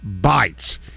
Bites